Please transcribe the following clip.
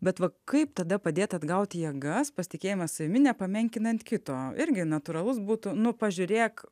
bet va kaip tada padėt atgaut jėgas pasitikėjimą savimi nepamenkinat kito irgi natūralus būtų nu pažiūrėk